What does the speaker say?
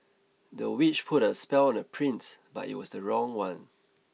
the witch put a spell on the prince but it was the wrong one